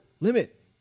limit